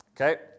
Okay